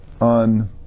on